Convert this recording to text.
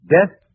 Death